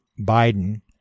Biden